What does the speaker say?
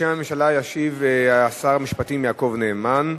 בשם הממשלה, ישיב שר המשפטים יעקב נאמן,